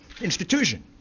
institution